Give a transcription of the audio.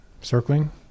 circling